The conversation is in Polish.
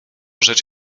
rzecz